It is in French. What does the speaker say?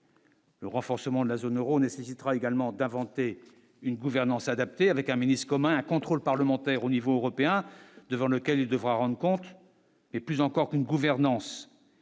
Le renforcement de la zone Euro nécessitera également d'inventer une gouvernance adaptée, avec un ministre comme un contrôle parlementaire au niveau européen, devant lequel il devra rendre compte et, plus encore qu'une gouvernance,